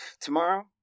Tomorrow